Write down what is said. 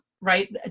right